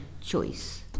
choice